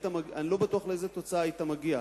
אני לא בטוח לאיזו תוצאה היית מגיע,